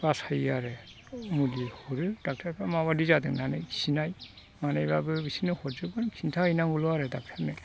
बासायो आरो मुलि हरो ड'क्टरफ्रा माबायदि जादों होननानै खिनाय मानायब्लाबो बिसोरनो हरजोबगोन खिन्था हैनांगौल' आरो ड'क्टरनो